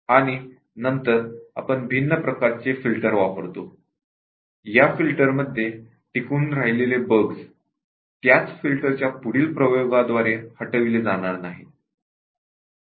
नंतर आपण भिन्न प्रकारचे फिल्टर वापरतो आणि या फिल्टरमधून बचावलेल्या बग्स त्याच फिल्टरच्या पुढील प्रयोगांद्वारे हटविल्या जाणार नाहीत